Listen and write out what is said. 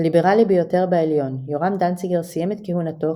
הליברלי ביותר בעליון יורם דנציגר סיים את כהונתו,